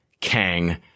Kang